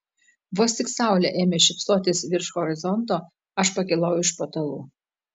vos tik saulė ėmė šypsotis virš horizonto aš pakilau iš patalų